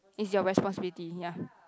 it's your responsibility ya